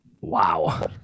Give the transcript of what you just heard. wow